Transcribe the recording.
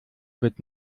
wird